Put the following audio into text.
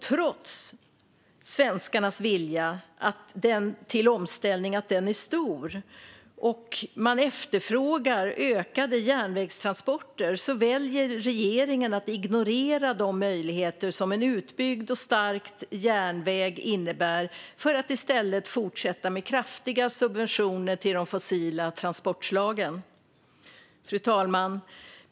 Trots att svenskarnas vilja till omställning är stor och man efterfrågar ökade järnvägstransporter väljer regeringen att ignorera de möjligheter som en utbyggd och stärkt järnväg innebär för att i stället fortsätta med kraftiga subventioner till de fossila transportslagen. Fru talman!